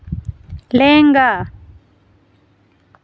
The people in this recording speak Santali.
ᱞᱮᱸᱜᱟ